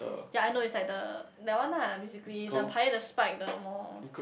ya I know it's like the that one ah basically the higher the spike the more